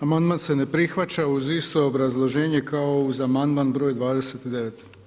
Amandman se ne prihvaća uz isto obrazloženje kao za amandman broj 29.